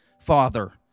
Father